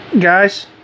guys